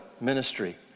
ministry